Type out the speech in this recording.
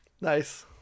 Nice